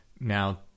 Now